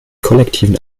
kollektiven